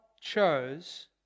chose